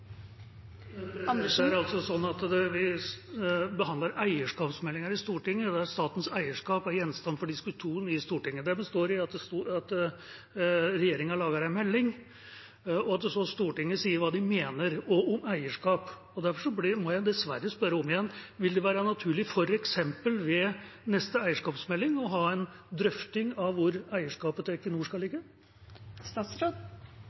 Det altså sånn at vi behandler eierskapsmeldinga i Stortinget, der statens eierskap er gjenstand for diskusjon i Stortinget. Det består i at regjeringa lager en melding, og at Stortinget så sier hva de mener, også om eierskap. Derfor må jeg dessverre spørre om igjen: Vil det være naturlig, f.eks. ved neste eierskapsmelding, å ha en drøfting av hvor eierskapet til Equinor skal